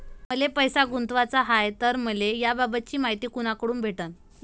मले पैसा गुंतवाचा हाय तर मले याबाबतीची मायती कुनाकडून भेटन?